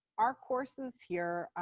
our courses here,